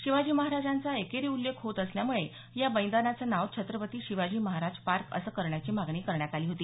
शिवाजी महाराजांचा एकेरी उल्लेख होत असल्यामुळे या मैदानाचं नाव छत्रपती शिवाजी महाराज पार्क असं करण्याची मागणी करण्यात आली होती